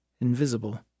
invisible